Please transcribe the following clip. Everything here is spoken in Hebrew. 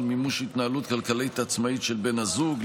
מימוש התנהלות כלכלית עצמאית של בן הזוג,